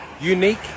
unique